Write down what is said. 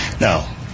now